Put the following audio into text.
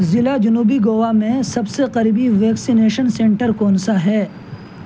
ضلع جنوبی گوا میں سب سے قریبی ویکسینیشن سینٹر کون سا ہے